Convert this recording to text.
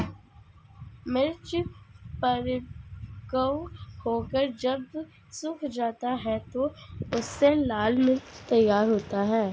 मिर्च परिपक्व होकर जब सूख जाता है तो उससे लाल मिर्च तैयार होता है